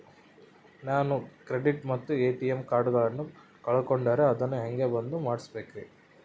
ನಾನು ಕ್ರೆಡಿಟ್ ಮತ್ತ ಎ.ಟಿ.ಎಂ ಕಾರ್ಡಗಳನ್ನು ಕಳಕೊಂಡರೆ ಅದನ್ನು ಹೆಂಗೆ ಬಂದ್ ಮಾಡಿಸಬೇಕ್ರಿ?